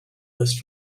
this